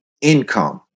income